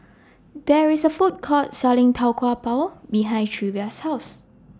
There IS A Food Court Selling Tau Kwa Pau behind Treva's House